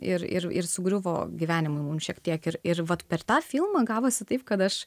ir ir ir sugriuvo gyvenimai mum šiek tiek ir ir vat per tą filmą gavosi taip kad aš